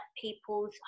people's